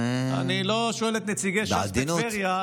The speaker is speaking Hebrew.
אני לא שואל את נציגי ש"ס בטבריה.